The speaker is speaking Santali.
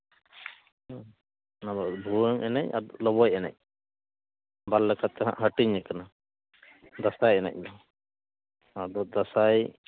ᱚᱱᱟ ᱫᱚ ᱵᱷᱩᱣᱟᱹᱝ ᱮᱱᱮᱡ ᱟᱨ ᱞᱚᱵᱚᱭ ᱮᱱᱮᱡ ᱵᱟᱨ ᱞᱮᱠᱟᱛᱮ ᱦᱟᱸᱜ ᱦᱟᱹᱴᱤᱧᱟᱠᱟᱱᱟ ᱫᱟᱸᱥᱟᱭ ᱮᱱᱮᱡ ᱫᱚ ᱟᱫᱚ ᱫᱟᱸᱥᱟᱭ